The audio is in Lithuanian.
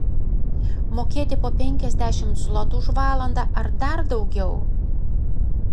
mokėti po penkiasdešimt zlotų už valandą ar dar daugiau